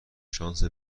شانس